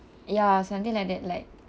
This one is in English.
ya something like that like